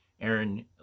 Aaron